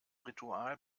ritual